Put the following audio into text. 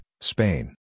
Spain